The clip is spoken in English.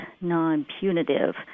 non-punitive